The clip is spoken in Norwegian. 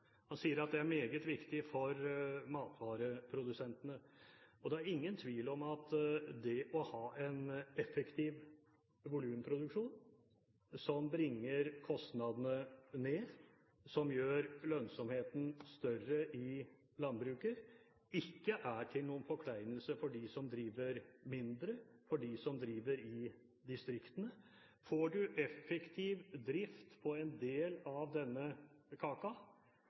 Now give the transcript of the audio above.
Han sier at det er meget viktig for matvareprodusentene. Det er ingen tvil om at det å ha en effektiv volumproduksjon som bringer kostnadene ned, og som gjør lønnsomheten større i landbruket, ikke er til noen forkleinelse for dem som driver mindre, og for dem som driver i distriktene. Får man effektiv drift på en del av denne kaka,